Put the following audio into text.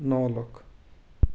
ਨੌ ਲੱਖ